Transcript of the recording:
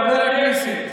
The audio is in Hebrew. חברת הכנסת